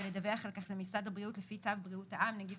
ולדווח על כך למשרד הבריאות לפי צו בריאות העם (נגיף